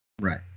right